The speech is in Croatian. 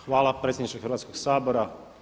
Hvala predsjedniče Hrvatskoga sabora.